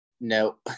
no